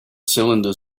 cylinder